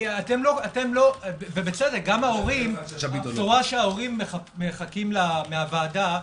הבשורה שההורים מחכים לה מהוועדה,